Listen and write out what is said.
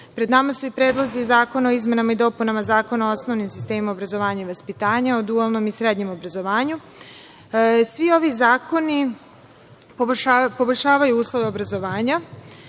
nama su i predlozi zakona o izmenama i dopunama Zakona o osnovnim sistemima obrazovanja i vaspitanja, o dualnom i srednjem obrazovanju. Svi ovi zakoni poboljšavaju uslove obrazovanja. Govorili